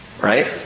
Right